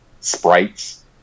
sprites